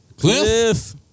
Cliff